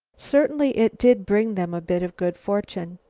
certainly it did bring them a bit of good fortune.